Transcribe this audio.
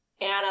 Anna